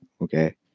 Okay